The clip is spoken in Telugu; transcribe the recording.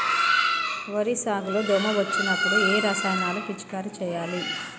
వరి సాగు లో దోమ వచ్చినప్పుడు ఏ రసాయనాలు పిచికారీ చేయాలి?